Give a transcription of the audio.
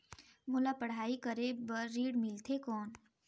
मोला पढ़ाई करे बर ऋण मिलथे कौन?